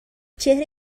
چهره